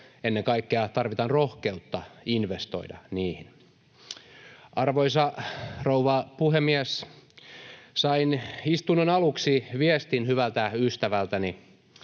ennen kaikkea tarvitaan rohkeutta investoida niihin. Arvoisa rouva puhemies! Sain istunnon aluksi viestin hyvältä ystävältäni: